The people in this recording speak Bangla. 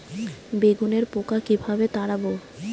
বেগুনের পোকা কিভাবে তাড়াব?